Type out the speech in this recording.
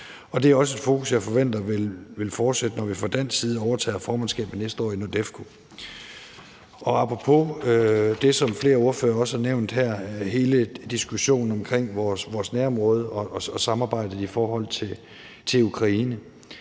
Det er også et fokus, jeg forventer vil fortsætte, når vi fra dansk side overtager formandskabet næste år i NORDEFCO. Apropos det, som flere ordførere også har nævnt her, er der hele diskussionen omkring vores nærområde og samarbejdet i forhold til Ukraine.